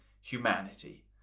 humanity